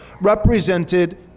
represented